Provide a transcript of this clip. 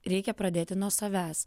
reikia pradėti nuo savęs